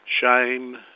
shame